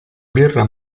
birra